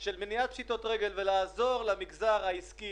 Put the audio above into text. של מניעת פשיטות רגל ולעזור למגזר העסקי